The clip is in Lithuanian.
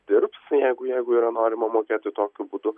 dirbs jeigu jeigu yra norima mokėti tokiu būdu